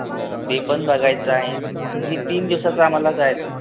हो ते पण बघायचं आहे जे तीन दिवसाचं आम्हाला जायचं आहे